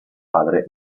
padre